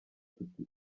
tuti